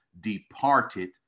departed